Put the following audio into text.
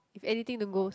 if anything don't goes